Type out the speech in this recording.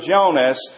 Jonas